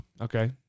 Okay